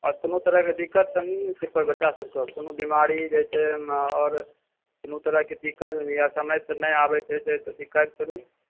कोनो तरहकेँ दिक्कत तऽ नहि होइत छै बच्चासभकऽ कोनो बीमारी जैसेमे आओर कोनो तरहकेँ दिक्कत या समयसँ नहि आबैत छै से शिकायत करु